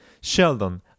Sheldon